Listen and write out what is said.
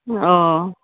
ओ